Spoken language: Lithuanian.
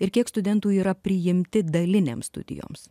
ir kiek studentų yra priimti dalinėms studijoms